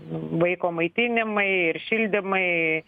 vaiko maitinimai ir šildymai